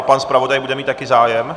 Pan zpravodaj bude mít také zájem?